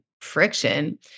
friction